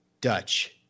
Dutch